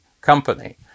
company